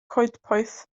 coedpoeth